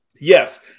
Yes